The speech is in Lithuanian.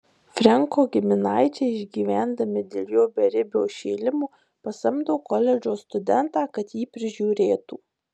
frenko giminaičiai išgyvendami dėl jo beribio šėlimo pasamdo koledžo studentą kad jį prižiūrėtų